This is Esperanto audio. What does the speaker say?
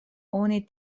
oni